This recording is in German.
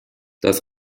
das